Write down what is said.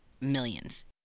Millions